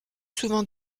souvent